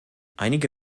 einige